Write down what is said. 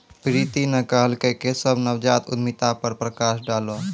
प्रीति न कहलकै केशव नवजात उद्यमिता पर प्रकाश डालौ